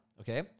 Okay